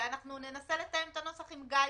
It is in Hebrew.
ננסה לתאם את הנוסח עם גיא,